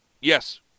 Yes